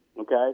okay